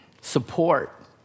support